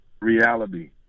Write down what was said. reality